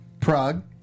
Prague